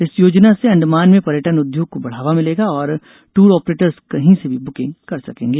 इस योजना से अंडमान में पर्यटन उद्योग को बढ़ावा मिलेगा और ट्र ऑपरेटर्स कहीं से भी बुकिंग कर सकेंगे